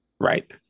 right